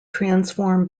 transform